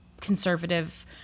conservative